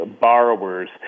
borrowers